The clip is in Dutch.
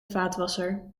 vaatwasser